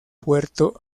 puerto